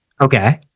Okay